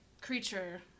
creature